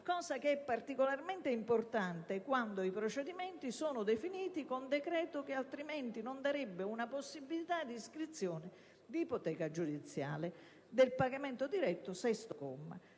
cosa che è particolarmente importante quando i procedimenti sono definiti con decreto che altrimenti non darebbe una possibilità di iscrizione di ipoteca giudiziale e del pagamento diretto (comma